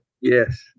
Yes